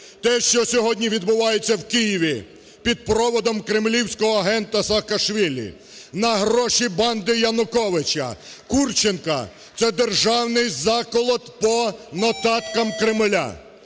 Те, що сьогодні відбувається в Києві під проводом кремлівського агента Саакашвілі на гроші банди Януковича, Курченка, – це державний заколот по нотаткам Кремля,